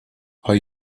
are